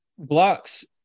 Blocks